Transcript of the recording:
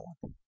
one